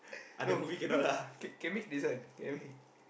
no no can can make this one can make